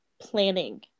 planning